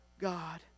God